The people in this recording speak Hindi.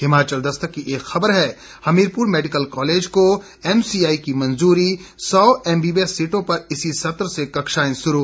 हिमाचल दस्तक की एक खबर है हमीरपुर मेडिकल कॉलेज को एमसीआई की मंजूरी सौ एमबीबीएस सीटों पर इसी सत्र से कक्षाएं शुरू